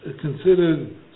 considered